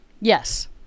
Yes